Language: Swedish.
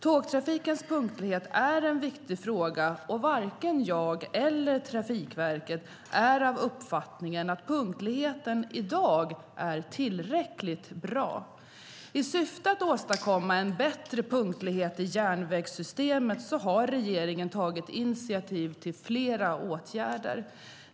Tågtrafikens punktlighet är en viktig fråga, och varken jag eller Trafikverket är av uppfattningen att punktligheten i dag är tillräckligt bra. I syfte att åstadkomma en bättre punktlighet i järnvägssystemet har regeringen tagit initiativ till flera åtgärder.